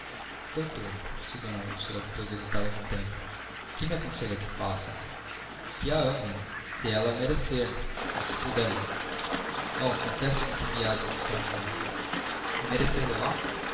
doutor disse d úrsula depois de hesitar algum tempo que me aconselha que faça que a ame se ela o merecer e se puder oh confesso-lhe que me há de custar muito